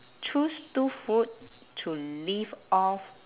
choose two food to live off